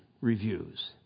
reviews